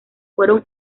fueron